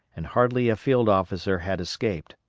and hardly a field officer had escaped.